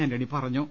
ആന്റണി പറഞ്ഞു